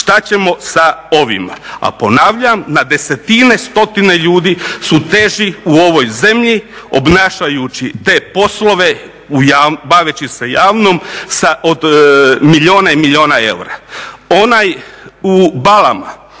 Šta ćemo sa ovim? A ponavljam, na desetine, stotine ljudi su teži u ovoj zemlji, obnašajući te poslove, baveći se javnom od milijuna i milijuna eura.